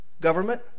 government